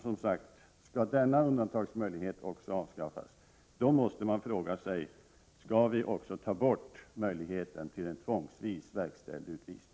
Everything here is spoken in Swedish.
Skall denna undantagsmöjlighet också avskaffas, måste man fråga sig: Skall vi också ta bort möjligheten till en tvångsvis verkställd utvisning?